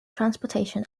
transportation